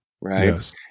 Right